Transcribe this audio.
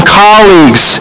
colleagues